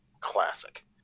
classic